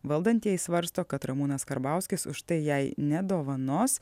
valdantieji svarsto kad ramūnas karbauskis už tai jai nedovanos